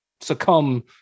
succumb